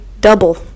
double